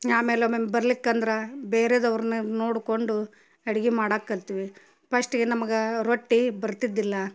ಆಮೇಲೆ ಒಮ್ಮೊಮ್ಮೆ ಬರ್ಲಿಕ್ಕೆ ಅಂದ್ರೆ ಬೇರೆದು ಅವ್ರ್ನಾಗ ನೋಡಿಕೊಂಡು ಅಡ್ಗೆ ಮಾಡಕ್ಕ ಕಲ್ತ್ವಿ ಪಸ್ಟ್ಗೆ ನಮ್ಗೆ ರೊಟ್ಟಿ ಬರ್ತಿದ್ದಿಲ್ಲ